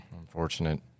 Unfortunate